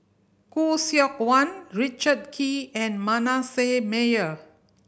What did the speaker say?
Khoo Seok Wan Richard Kee and Manasseh Meyer